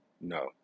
no